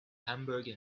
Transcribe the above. hamburg